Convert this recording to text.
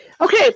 Okay